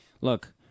look